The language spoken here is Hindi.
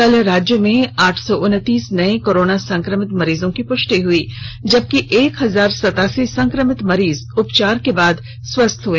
कल राज्य में आठ सौ उनतीस नए कोरोना संक्रमित मरीजों की पुष्टि हुई जबकि एक हजार सतासी संक्रमित मरीज उपचार के बाद स्वस्थ हुए